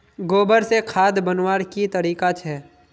गोबर से खाद बनवार की तरीका छे?